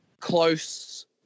close